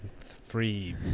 three